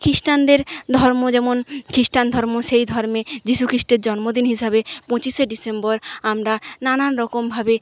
খিস্টানদের ধর্ম যেমন খিস্টান ধর্ম সেই ধর্মে যীশু খিস্টের জন্মদিন হিসাবে পঁচিশে ডিসেম্বর আমরা নানান রকমভাবে